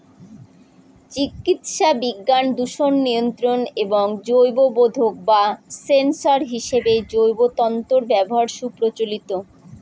চিকিৎসাবিজ্ঞান, দূষণ নিয়ন্ত্রণ এবং জৈববোধক বা সেন্সর হিসেবে জৈব তন্তুর ব্যবহার সুপ্রচলিত